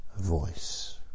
voice